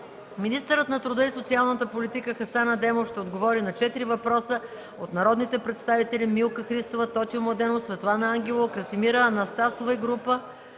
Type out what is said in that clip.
Министърът на труда и социалната политика Хасан Адемов ще отговори на четири въпроса от народните представители Милка Христова; Тотю Младенов; Светлана Ангелова; и Красимира Анастасова и група